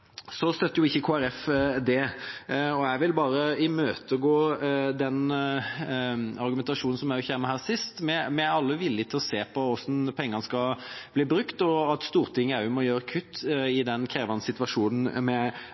støtter ikke Kristelig Folkeparti det. Jeg vil bare imøtegå den argumentasjonen som kom sist her. Vi er alle villig til å se på hvordan pengene skal bli brukt, og at Stortinget også må foreta kutt i den krevende situasjonen